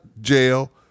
Jail